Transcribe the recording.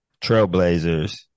Trailblazers